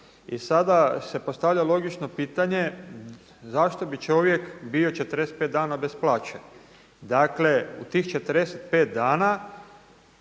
i sada se postavlja logično pitanje, zašto bi čovjek bio 45 dana bez plaće. Dakle u tih 45 dana